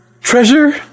treasure